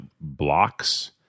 blocks